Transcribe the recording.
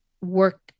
work